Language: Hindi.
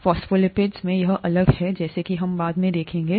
फॉस्फोलिपिड्स में यह अलग है जैसा कि हम बाद में देखेंगे